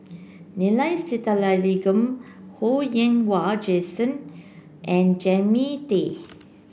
Neila Sathyalingam Ho Yen Wah Jesmine and Jannie Tay